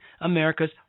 America's